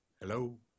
hello